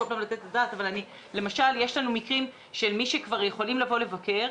אבל למשל יש לנו מקרים של מי שכבר יכולים לבוא לבקר,